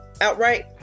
outright